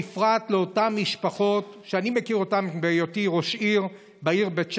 בפרט לאותן משפחות שאני מכיר מהיותי ראש עירייה בעיר בית שמש,